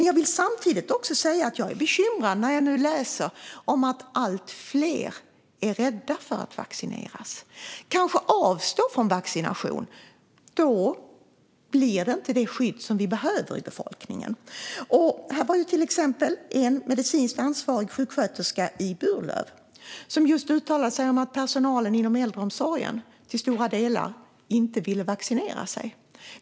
Jag vill samtidigt säga att jag är bekymrad när jag nu läser om att allt fler är rädda för att vaccineras och kanske avstår från vaccination. Då blir det inte det skydd som vi behöver i befolkningen. En medicinskt ansvarig sjuksköterska i Burlöv uttalade sig just om att personalen inom äldreomsorgen till stora delar inte vill vaccinera sig.